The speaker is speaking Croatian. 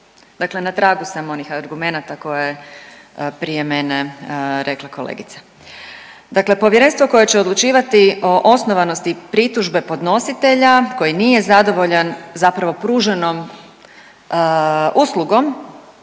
Dakle na tragu sam onih argumenata koje je prije mene rekla kolegica. Dakle povjerenstvo koje će odlučivati o osnovanosti pritužbe podnositelja koji nije zadovoljan zapravo pruženom uslugom